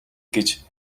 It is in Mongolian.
гэж